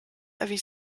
erwies